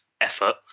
effort